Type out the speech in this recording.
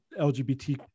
LGBT